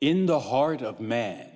in the heart of man